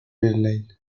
الليل